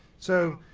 so,